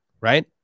right